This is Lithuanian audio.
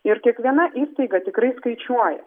ir kiekviena įstaiga tikrai skaičiuoja